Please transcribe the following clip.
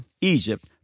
Egypt